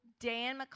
Dan